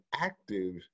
active